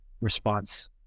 response